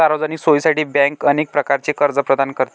सार्वजनिक सोयीसाठी बँक अनेक प्रकारचे कर्ज प्रदान करते